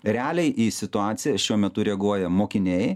realiai į situaciją šiuo metu reaguoja mokiniai